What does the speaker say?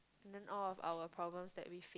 and all of our problems that we